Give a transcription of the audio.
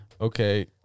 Okay